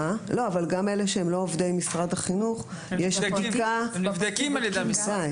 גם אלה שהם לא עובדי משרד החינוך --- הם נבדקים על ידי המשרד.